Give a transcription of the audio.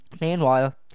Meanwhile